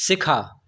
शिखा